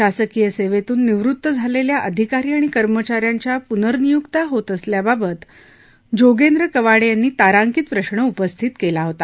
शासकीय सेवेतून निवृत्त झालेल्या अधिकारी आणि कर्मचाऱ्यांच्या पूनर्नियुक्त्या होतअसल्याबाबत जोगेंद्र कवाडे यांनी तारांकित प्रश्न उपस्थित केला होत